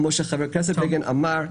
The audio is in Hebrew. כמו שחבר הכנסת בגין אמר,